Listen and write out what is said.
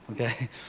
okay